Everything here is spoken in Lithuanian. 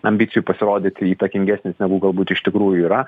ambicijų pasirodyti įtakingesnis negu galbūt iš tikrųjų yra